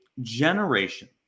generation